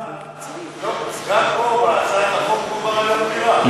גם פה בהצעת החוק מדובר על יום בחירה.